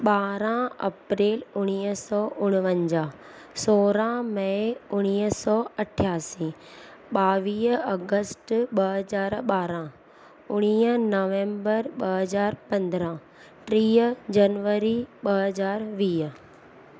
ॿारहं अप्रैल उणिवीह सौ उणिवंजाह सोरहं मे उणिवीह सौ अठासी ॿावीह अगश्ट ॿ हज़ार ॿारहं उणिवीह नवम्बर ॿ हज़ार पंद्राहं टीह जनवरी ॿ हज़ार वीह